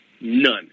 None